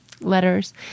letters